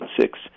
six